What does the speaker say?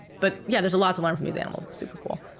but yeah there's a lot to learn from these animals. it's super cool.